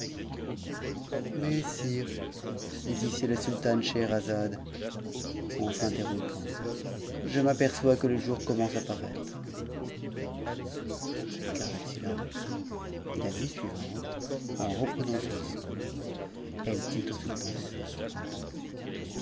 mais sire dit ici la sultane scheherazade en s'interrompant je nt'app çois que le jour commence à paraître elle garda le silence et la nuit sui vante en reprenant son discours elle dit au sultan des indes